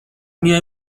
میای